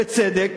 בצדק